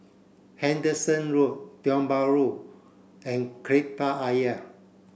Henderson Road Tiong Bahru and Kreta Ayer